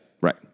Right